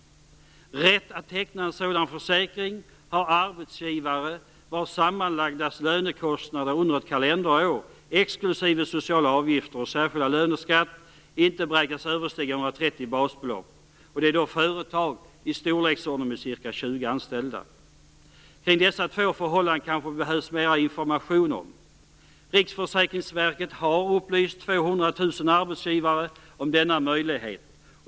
Rätt att teckna en sådan försäkring har arbetsgivare vars sammanlagda lönekostnader under ett kalenderår exklusive sociala avgifter och särskild löneskatt inte beräknas överstiga 130 basbelopp. Det är företag i storleksordningen ca 20 anställda. Kring dessa två förhållanden kanske det behövs mer information. Riksförsäkringsverket har upplyst 200 000 arbetsgivare om denna möjlighet.